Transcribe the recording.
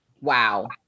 Wow